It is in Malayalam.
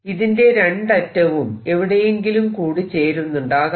ഇതിന്റെ രണ്ടറ്റവും എവിടെയെങ്കിലും കൂടിച്ചേരുന്നുണ്ടാകാം